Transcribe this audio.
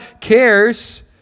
cares